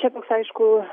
čia bus aišku